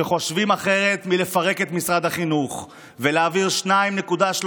חושבים אחרת מלפרק את משרד החינוך ולהעביר 2.3